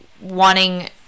wanting